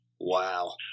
Wow